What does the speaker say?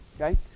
okay